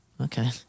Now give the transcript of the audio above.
Okay